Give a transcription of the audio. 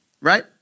right